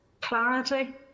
clarity